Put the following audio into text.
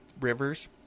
rivers